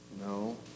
No